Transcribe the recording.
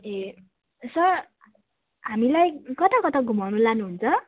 ए sir हामीलाई कता कता घुमाउनु लानुहुन्छ